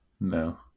no